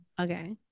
Okay